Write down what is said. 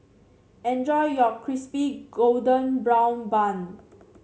enjoy your Crispy Golden Brown Bun